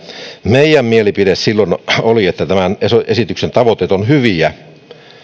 meidän mielipiteemme silloin oli että tämän esityksen tavoitteet ovat hyviä